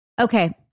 Okay